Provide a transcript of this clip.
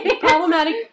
Problematic